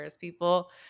People